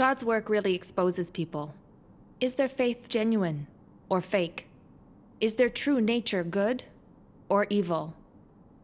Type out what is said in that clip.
god's work really exposes people is their faith genuine or fake is their true nature good or evil